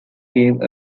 gave